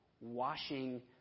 washing